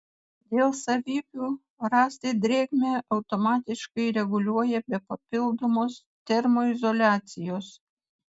dėl savybių rąstai drėgmę automatiškai reguliuoja be papildomos termoizoliacijos